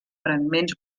fragments